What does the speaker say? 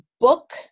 book